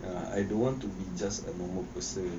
I don't want to be just a normal person